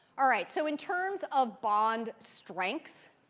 all right, so in terms of bond strengths,